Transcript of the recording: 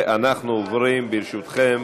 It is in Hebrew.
אדוני היושב-ראש,